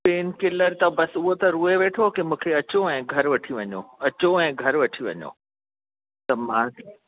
pain killer त बसि त उहे रूए वेठो की मूंखे अचो ऐं घरु वठी वञो अचो ऐं घरु वठी वञो त मां